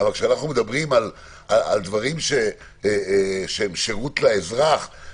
אבל כשאנחנו מדברים על דברים שהם שירות לאזרח,